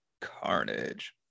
Carnage